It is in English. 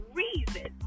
reason